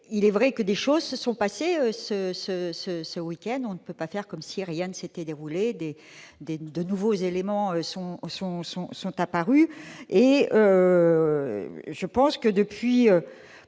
il est vrai que des choses se sont passées ce week-end et que l'on ne peut pas faire comme si rien ne s'était déroulé. De nouveaux éléments sont apparus. Pour moi,